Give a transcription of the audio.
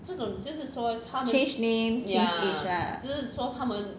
change name change age lah